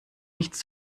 nichts